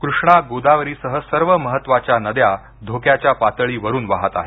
कृष्णा गोदावरी सह सर्व महत्त्वाच्या नद्या धोक्याच्या पातळीवरून वाहत आहेत